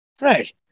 right